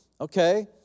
okay